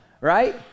Right